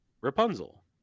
rapunzel